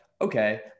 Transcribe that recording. Okay